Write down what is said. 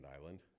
Island